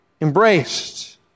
embraced